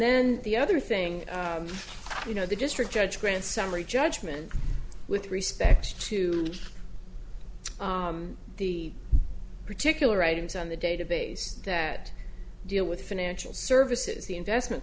then the other thing you know the district judge grants summary judgment with respect to the particular items on the database that deal with financial services the investment